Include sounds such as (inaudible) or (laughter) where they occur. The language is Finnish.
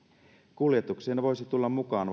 kuljetukseen voisi tulla mukaan (unintelligible)